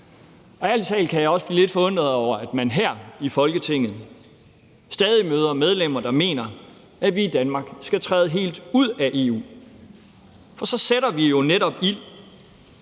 Ærlig talt kan jeg også blive lidt forundret over, at man her i Folketinget stadig møder medlemmer, der mener, at vi i Danmark skal træde helt ud af EU. For så sætter vi jo netop i